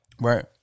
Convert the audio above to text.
Right